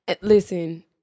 listen